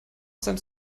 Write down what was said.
seinem